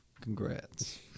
congrats